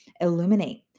illuminate